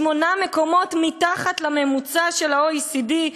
שמונה מקומות מתחת לממוצע של ה-OECD,